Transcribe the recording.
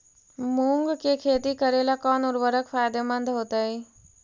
मुंग के खेती करेला कौन उर्वरक फायदेमंद होतइ?